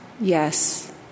yes